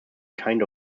kind